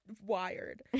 wired